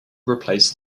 replaced